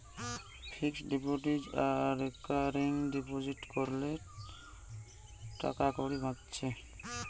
fixed deposit আর recurring deposit কোরলে টাকাকড়ি বাঁচছে